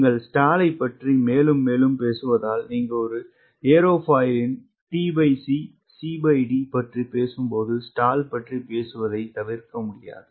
நீங்கள் ஸ்டாலைப் பற்றி மேலும் மேலும் பேசுவதால் நீங்கள் ஒரு ஏரோஃபாயிலின் tc பற்றி பேசும்போது ஸ்டால் பற்றி பேசுவதைத் தவிர்க்க முடியாது